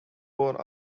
boar